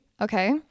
Okay